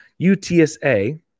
UTSA